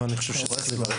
ואני חושב שצריך לברך.